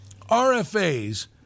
RFAs